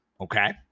okay